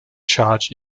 charge